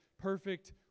perfect